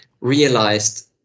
realized